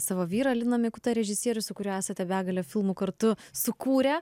savo vyrą liną mikutą režisierių su kuriuo esate begalę filmų kartu sukūrę